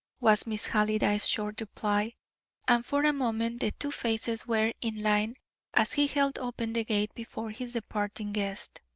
was miss halliday's short reply and for a moment the two faces were in line as he held open the gate before his departing guest.